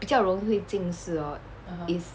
比较容易会近视 hor is